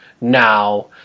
now